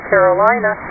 Carolina